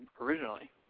originally